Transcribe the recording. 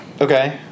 okay